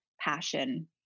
passion